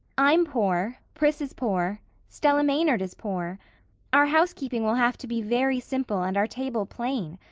i'm poor pris is poor stella maynard is poor our housekeeping will have to be very simple and our table plain.